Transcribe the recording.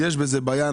יש בעיה.